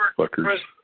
fuckers